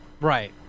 right